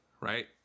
right